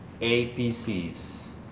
APCs